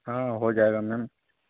हाँ हो जाएगा मैम